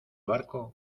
barco